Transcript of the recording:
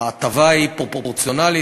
ההטבה היא פרופורציונלית,